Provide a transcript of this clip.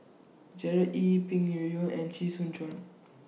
Gerard Ee Peng Yuyun and Chee Soon Juan